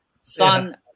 Sun